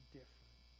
different